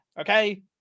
okay